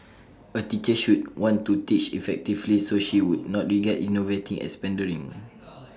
A teacher should want to teach effectively so she would not regard innovating as pandering